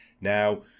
Now